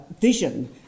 vision